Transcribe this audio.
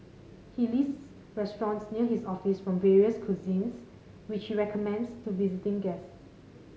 he lists restaurants near his office from various cuisines which he recommends to visiting guests